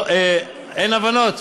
טוב, אין הבנות?